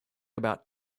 about